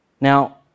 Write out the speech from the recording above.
Now